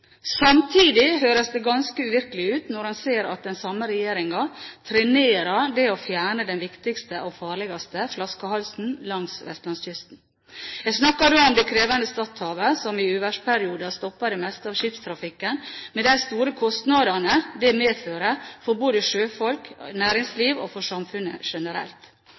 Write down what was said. Samtidig høres det ganske uvirkelig ut når en ser at den samme regjeringen trenerer det å fjerne den viktigste og farligste flaskehalsen langs vestlandskysten. Jeg snakker da om det krevende Stadhavet, som i uværsperioder stopper det meste av skipstrafikken, med de store kostnadene det medfører for både sjøfolk, næringsliv og samfunnet generelt.